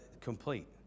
complete